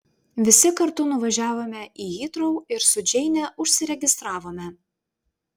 visi kartu nuvažiavome į hitrou ir su džeine užsiregistravome